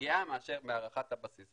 פגיעה מהערכת הבסיס.